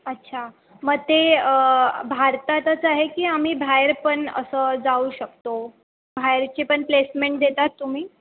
अच्छा मग ते भारतातच आहे की आम्ही बाहेर पण असं जाऊ शकतो बाहेरची पण प्लेसमेंट देतात तुम्ही